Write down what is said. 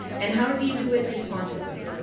and how do you do it responsibly?